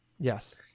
Yes